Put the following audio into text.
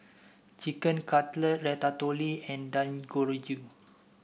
Chicken Cutlet Ratatouille and Dangojiru